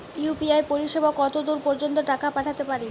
UPI পরিসেবা কতদূর পর্জন্ত টাকা পাঠাতে পারি?